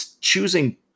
choosing